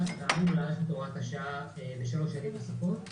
להאריך את הוראת השעה בשלוש שנים נוספות.